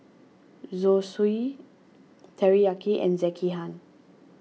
Zosui Teriyaki and Sekihan